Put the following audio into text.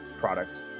products